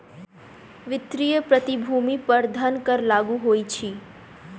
वित्तीय प्रतिभूति पर धन कर लागू होइत अछि